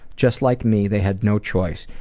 just like me, they had no choice.